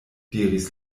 diris